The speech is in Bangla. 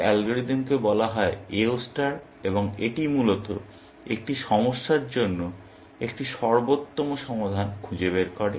এই অ্যালগরিদমকে বলা হয় AO ষ্টার এবং এটি মূলত একটি সমস্যার জন্য একটি সর্বোত্তম সমাধান খুঁজে বের করে